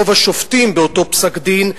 רוב השופטים באותו פסק-דין,